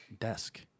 desk